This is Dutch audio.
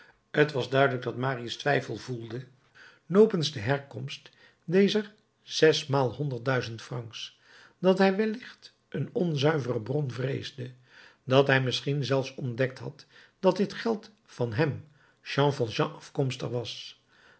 t was duidelijk dat marius twijfel voedde nopens de herkomst dezer zesmaal honderdduizend francs dat hij wellicht een onzuivere bron vreesde dat hij misschien zelfs ontdekt had dat dit geld van hem jean valjean afkomstig was